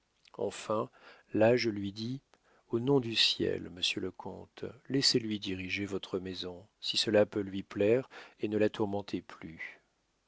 enfin là je lui dis au nom du ciel monsieur le comte laissez-lui diriger votre maison si cela peut lui plaire et ne la tourmentez plus